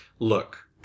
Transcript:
Look